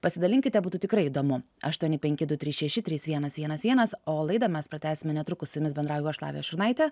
pasidalinkite būtų tikrai įdomu aštuoni penki du trys šeši trys vienas vienas vienas o laidą mes pratęsime netrukus su jumis bendrauju aš lavija šurnaitė